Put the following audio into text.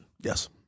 Yes